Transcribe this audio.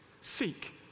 seek